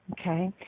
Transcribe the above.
Okay